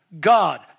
God